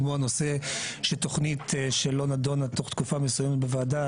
כמו הנושא שתוכנית שלא נדונה תוך תקופה מסוימת בוועדה